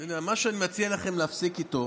מה שאני מציע לכם להפסיק איתו